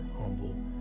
humble